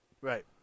right